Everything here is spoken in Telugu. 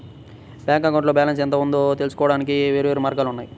బ్యాంక్ అకౌంట్లో బ్యాలెన్స్ ఎంత ఉందో తెలుసుకోవడానికి వేర్వేరు మార్గాలు ఉన్నాయి